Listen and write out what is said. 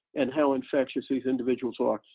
and how infectious these individuals are,